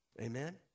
amen